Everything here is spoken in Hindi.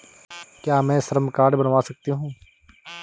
क्या मैं श्रम कार्ड बनवा सकती हूँ?